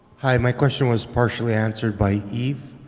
hi, my question was partially answered by eve,